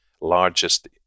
largest